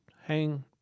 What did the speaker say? hang